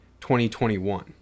2021